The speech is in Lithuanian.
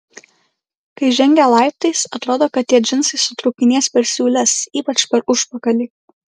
kai žengia laiptais atrodo kad tie džinsai sutrūkinės per siūles ypač per užpakalį